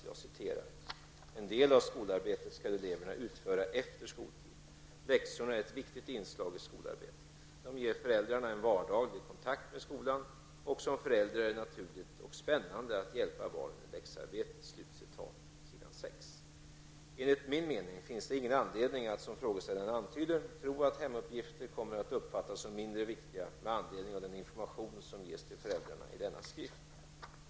Där står: ''En del av skolarbetet skall eleverna utföra efter skoltid: -- Läxorna är ett viktigt inslag i skolarbetet. De ger föräldrarna en vardaglig kontakt med skolan, och som förälder är det naturligt och spännande att hjälpa barnen i läxarbetet.'' Enligt min mening finns det ingen anledning att, som frågeställaren antyder, tro att hemuppgifter kommer att uppfattas som mindre viktiga med anledning av den information som ges till föräldrarna i denna skrift.